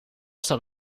staat